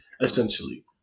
essentially